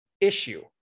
issue